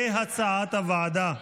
כהצעת הוועדה.